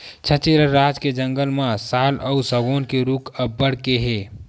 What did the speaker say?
छत्तीसगढ़ राज के जंगल म साल अउ सगौन के रूख अब्बड़ के हे